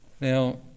Now